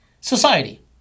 Society